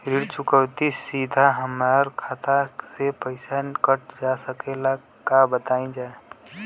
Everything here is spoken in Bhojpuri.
ऋण चुकौती सीधा हमार खाता से पैसा कटल जा सकेला का बताई जा?